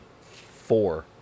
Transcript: four